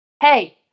hey